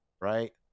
Right